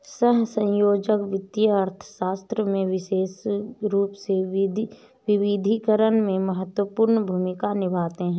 सहसंयोजक वित्तीय अर्थशास्त्र में विशेष रूप से विविधीकरण में महत्वपूर्ण भूमिका निभाते हैं